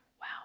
Wow